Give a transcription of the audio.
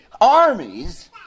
armies